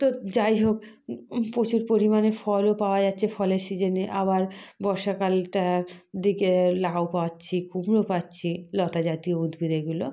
তো যাই হোক প্রচুর পরিমাণে ফলও পাওয়া যাচ্ছে ফলের সিজিনে আবার বর্ষাকালটার দিকে লাউ পাচ্ছি কুমড়ো পাচ্ছি লতা জাতীয় উদ্ভিদেরগুলো